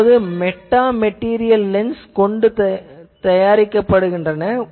இப்போது metamaterial lens கொண்டு தயாரிக்கப்படுகின்றன